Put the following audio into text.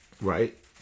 right